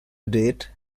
date